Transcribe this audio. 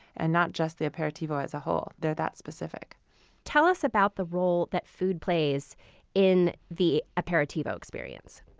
and not just the aperitivo as a whole. they're that specific tell us about the role that food plays in the aperitivo experience?